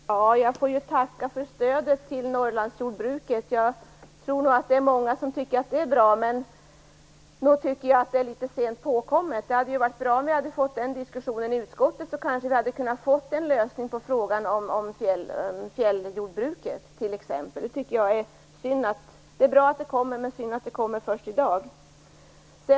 Fru talman! Jag får tacka för stödet till Norrlandsjordbruket. Jag tror att många tycker att det är bra, men nog är det litet sent påkommet. Det hade varit bra om vi fått den diskussionen i utskottet. Då kanske vi t.ex. hade kunnat få en lösning på frågan om fjälljordbruket. Det är bra att det stödet kommer, men det är synd att det kommer först i dag.